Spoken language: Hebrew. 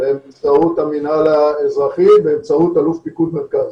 באמצעות המנהל האזרחי, באמצעות אלוף פיקוד מרכז.